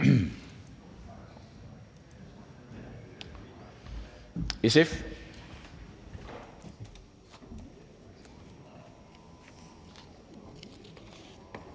på det?